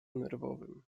nerwowym